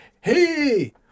Hey